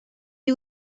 you